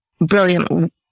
brilliant